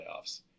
playoffs